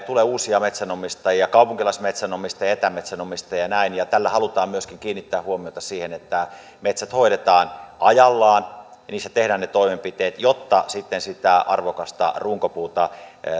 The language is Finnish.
uusia metsänomistajia kaupunkilaismetsänomistajia ja etämetsänomistajia ja näin tällä halutaan myöskin kiinnittää huomiota siihen että metsät hoidetaan ajallaan ja niissä tehdään ne toimenpiteet jotta sitten sitä arvokasta runkopuuta